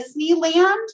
Disneyland